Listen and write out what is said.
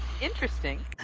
interesting